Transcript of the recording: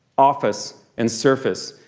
office, and surface.